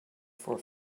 for